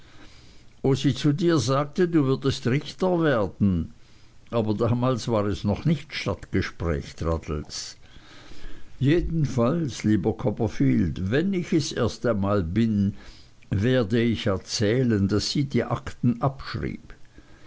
sie zu dir sagte du würdest richter werden aber damals war es noch nicht stadtgespräch traddles jedenfalls lieber copperfield wenn ich es erst einmal bin werde ich erzählen daß sie die akten abschrieb